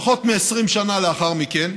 פחות מ-20 שנה לאחר מכן,